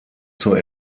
zur